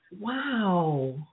Wow